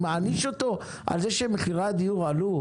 אני מעניש אותו על זה שמחירי הדיור עלו?